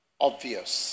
Obvious